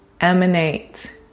emanate